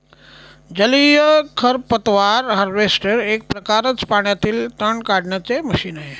जलीय खरपतवार हार्वेस्टर एक प्रकारच पाण्यातील तण काढण्याचे मशीन आहे